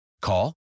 Call